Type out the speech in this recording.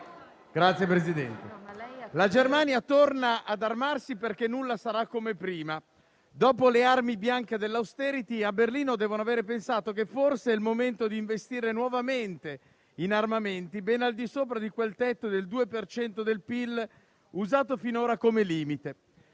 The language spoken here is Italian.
la Germania torna ad armarsi, perché nulla sarà come prima. Dopo le armi bianche dell'*austerity*, a Berlino devono aver pensato che forse è il momento di investire nuovamente in armamenti, ben al di sopra di quel tetto del 2 per cento del PIL usato finora come limite.